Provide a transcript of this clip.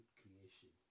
creation